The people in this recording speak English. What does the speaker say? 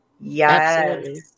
Yes